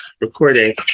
recording